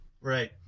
Right